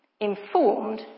informed